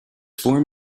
form